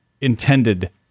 intended